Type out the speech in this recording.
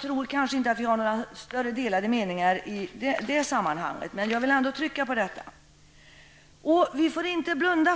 tror jag inte det råder några direkt delade meningar, men jag vill ändå trycka på den saken.